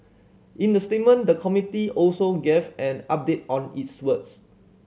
in the statement the committee also gave an update on its works